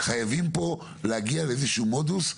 חייבים פה להגיע לאיזשהו מודוס.